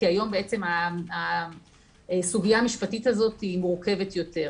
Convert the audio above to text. כי היום הסוגיה המשפטית הזאת היא מורכבת יותר.